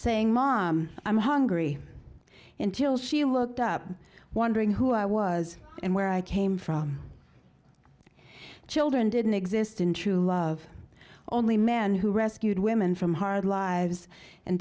saying mom i'm hungry intil she looked up wondering who i was and where i came from children didn't exist in true love only man who rescued women from hard lives and